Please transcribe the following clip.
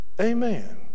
amen